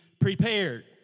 prepared